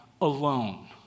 alone